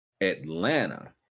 Atlanta